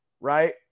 right